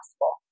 possible